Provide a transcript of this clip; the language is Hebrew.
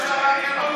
הנגב.